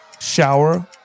shower